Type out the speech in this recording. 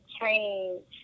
change